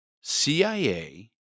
CIA